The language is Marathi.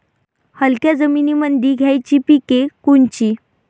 हलक्या जमीनीमंदी घ्यायची पिके कोनची?